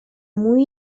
muy